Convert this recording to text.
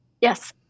Yes